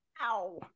Ow